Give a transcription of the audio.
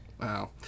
Wow